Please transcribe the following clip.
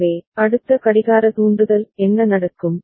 எனவே அடுத்த கடிகார தூண்டுதல் என்ன நடக்கும்